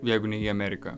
jeigu ne į ameriką